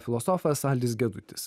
filosofas aldis gedutis